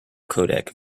codec